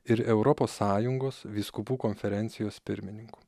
ir europos sąjungos vyskupų konferencijos pirmininku